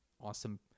awesome